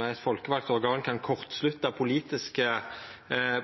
eit folkevald organ, kan kortslutta politiske